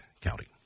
County